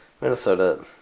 Minnesota